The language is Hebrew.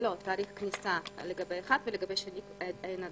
לא, תאריך כניסה לגבי אחד, ולגבי השני אין עדיין,